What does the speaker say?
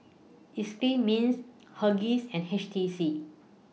Eclipse Mints Huggies and H T C